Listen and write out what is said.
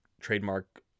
Trademark